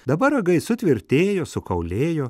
dabar ragai sutvirtėjo sukaulėjo